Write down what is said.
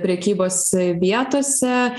prekybos vietose